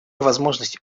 возможность